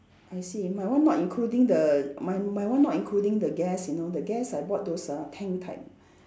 I see my one not including the my my one not including the gas you know the gas I bought those uh tank type